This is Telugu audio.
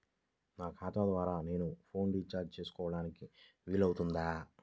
నా ఖాతా ద్వారా నేను ఫోన్ రీఛార్జ్ చేసుకోవడానికి వీలు అవుతుందా?